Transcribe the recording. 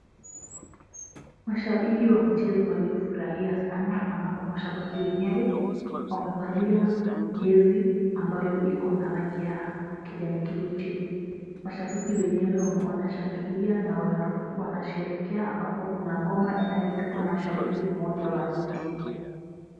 Mashabiki wa mchezo waliofurahia sana ambapo mashabiki wenyewe wamevalia jezi ambayo iko na rangi ya kijani kibichi. Mashabiki wenyewe wanashangilia na wanasherekea ambapo kuna ngoma inayopigwa na shabiki mmoja wa hii timu.